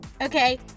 Okay